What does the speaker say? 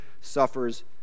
suffers